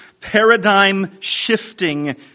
paradigm-shifting